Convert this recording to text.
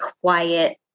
quiet